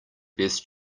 best